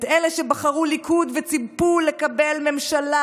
את אלה שבחרו ליכוד וציפו לקבל ממשלה